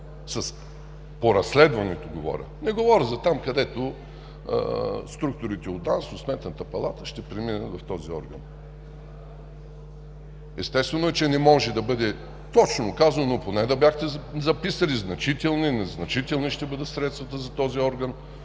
по разследването, говоря? Не говоря за там, където структурите от ДАНС, от Сметната палата ще преминат в този орган. Естествено е, че не може да бъде точно казано. Поне да бяхте записали: значителни, незначителни ще бъдат средствата за този орган,